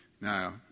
Now